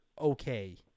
okay